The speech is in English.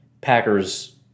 Packers